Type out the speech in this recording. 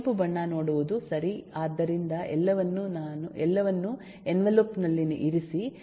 ಕೆಂಪು ಬಣ್ಣ ನೋಡುವುದು ಸರಿ ಆದ್ದರಿಂದ ಎಲ್ಲವನ್ನೂ ಎನ್ವೆಲೋಪ್ ನಲ್ಲಿ ಇರಿಸಿ